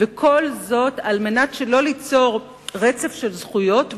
וכל זאת על מנת שלא ליצור רצף של זכויות,